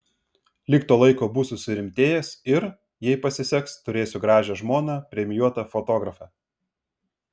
lig to laiko būsiu surimtėjęs ir jei pasiseks turėsiu gražią žmoną premijuotą fotografę